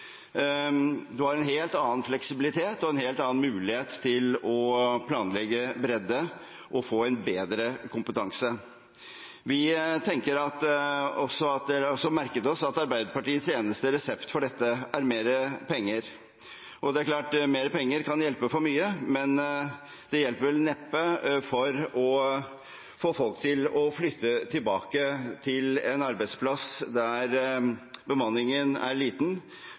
har en helt annen fleksibilitet og en helt annen mulighet til å planlegge bredde og få en bedre kompetanse. Vi har også merket oss at Arbeiderpartiets eneste resept for dette er mer penger. Det er klart at mer penger kan hjelpe for mye, men det hjelper vel neppe for å få folk til å flytte tilbake til en arbeidsplass der bemanningen er liten,